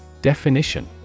Definition